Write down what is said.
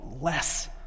less